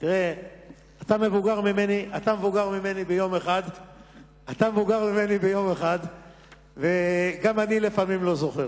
אתה מבוגר ממני ביום אחד, וגם אני לפעמים לא זוכר,